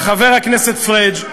חבר הכנסת פריג'.